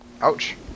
Ouch